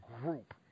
group